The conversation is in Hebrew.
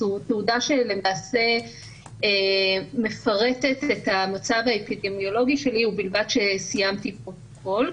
זו תעודה שלמעשה מפרטת את המצב האפידמיולוגי שלי ובלבד שסיימתי את הכול,